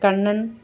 Kannan